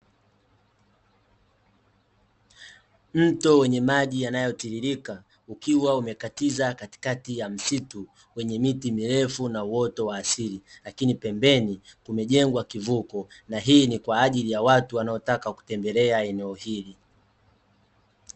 Mto wenye maji yanayo tiririka, ukiwa umekatiza katikati ya msitu, wenye miti mirefu na uoto wa asili, lakini pembeni kumejengwa kivuko, na hii ni kwa ajili ya watu wanaotaka kutembelea eneo hili.